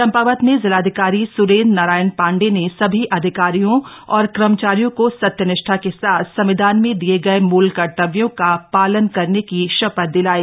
चम्पावत में जिलाधिकारी सुरेंद्र नारायण पांडे ने सभी अधिकारियों और कर्मचारियों को सत्यनिष्ठा के साथ संविधान में दिए गए मूल कर्तव्यों का पालन करने की शपथ दिलाई